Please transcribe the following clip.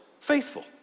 faithful